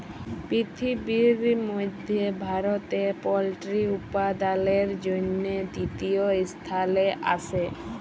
পিরথিবির মধ্যে ভারতে পল্ট্রি উপাদালের জনহে তৃতীয় স্থালে আসে